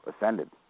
ascended